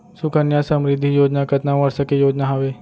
सुकन्या समृद्धि योजना कतना वर्ष के योजना हावे?